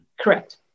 Correct